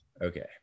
okay